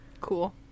Cool